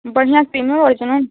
बढ़ियाँ क्रीमो ओरिजनल